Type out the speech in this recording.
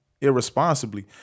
irresponsibly